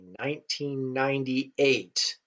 1998